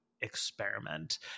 experiment